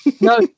No